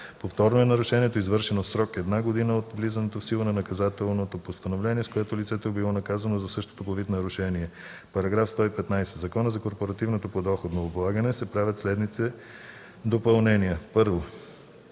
„Повторно” е нарушението, извършено в срок една година от влизането в сила на наказателното постановление, с което лицето е било наказано за същото по вид нарушение.” § 115. В Закона за корпоративното подоходно облагане (обн., ДВ, бр...) се правят следните допълнения: